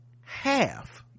half